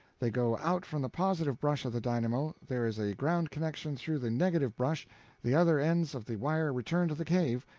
they go out from the positive brush of the dynamo there is a ground-connection through the negative brush the other ends of the wire return to the cave,